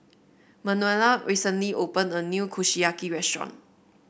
Manuela recently opened a new Kushiyaki restaurant